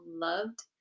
loved